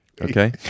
Okay